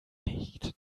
nicht